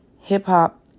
hip-hop